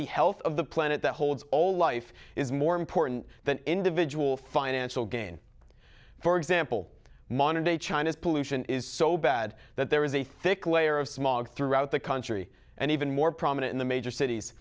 the health of the planet that holds all life is more important than individual financial gain for example monody china's pollution is so bad that there is a thick layer of smog throughout the country and even more prominent in the major cities